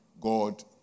God